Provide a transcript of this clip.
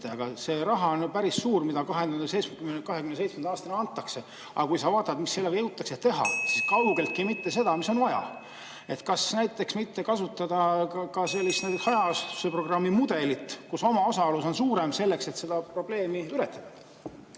see raha on päris suur, mida 2027. aastani antakse. Aga kui sa vaatad, mis sellega jõutakse teha, siis kaugeltki mitte seda, mis on vaja. Kas näiteks mitte kasutada ka sellist hajaasustuse programmi mudelit, kus omaosalus on suurem selleks, et seda probleemi ületada?